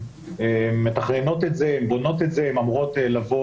הן בונות את זה ומתכננות ואמורות לבוא